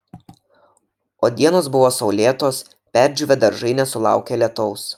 o dienos buvo saulėtos perdžiūvę daržai nesulaukė lietaus